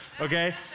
okay